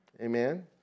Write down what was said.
Amen